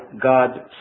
God